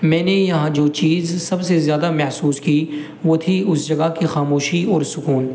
میں نے یہاں جو چیز سب سے زیادہ محسوس کی وہ تھی اس جگہ کی خاموشی اور سکون